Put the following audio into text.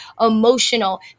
emotional